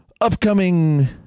upcoming